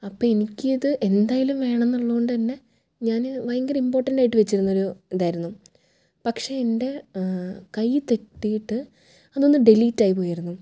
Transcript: അപ്പം എനിക്ക് ഇത് എന്തായാലും വേണന്നൊള്ളോണ്ടന്നെ ഞാൻ ഭയങ്കര ഇമ്പോർട്ടൻ്റായിട്ട് വച്ചിരുന്ന ഒരു ഇതായിരുന്നു പക്ഷേ എൻ്റെ കൈ തട്ടിയിട്ട് അതങ്ങ് ഡെലീറ്റ് ആയി പോയിരുന്നു